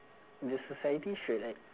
the society should like